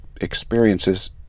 experiences